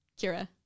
Kira